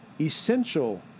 essential